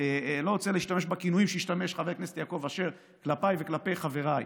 אני לא רוצה להשתמש בכינוי שהשתמש יעקב אשר כלפיי וכלפי חבריי.